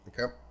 Okay